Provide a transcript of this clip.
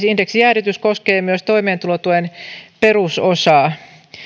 indeksijäädytys koskee myös toimeentulotuen perusosaa